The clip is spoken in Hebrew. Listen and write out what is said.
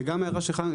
שגם ההערה שלך,